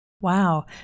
Wow